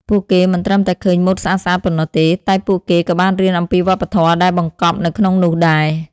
ពួកគេមិនត្រឹមតែឃើញម៉ូដស្អាតៗប៉ុណ្ណោះទេ តែពួកគេក៏បានរៀនអំពីវប្បធម៌ដែលបង្កប់នៅក្នុងនោះដែរ។